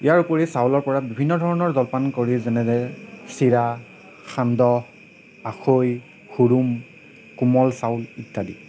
ইয়াৰ উপৰি চাউলৰ পৰা বিভিন্ন ধৰণৰ জলপান কৰি যেনে চিৰা সান্দহ আখৈ হুৰুম কোমল চাউল ইত্যাদি